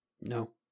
no